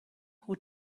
who